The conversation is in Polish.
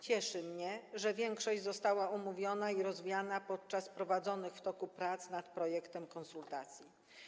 Cieszy mnie, że większość została omówiona i rozwiana podczas prowadzonych w toku prac nad projektem konsultacji.